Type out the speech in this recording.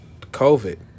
COVID